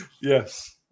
Yes